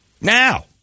Now